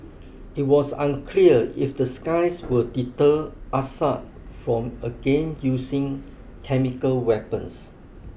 it was unclear if the skies will deter Assad from again using chemical weapons